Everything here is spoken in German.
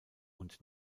und